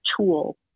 tool